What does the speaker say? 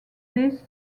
this